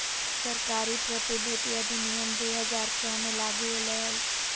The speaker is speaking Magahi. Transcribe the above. सरकारी प्रतिभूति अधिनियम दु हज़ार छो मे लागू होलय हल